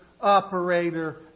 operator